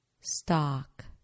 stock